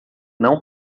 não